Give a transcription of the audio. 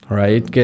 right